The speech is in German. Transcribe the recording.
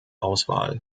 auswahl